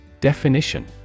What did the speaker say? Definition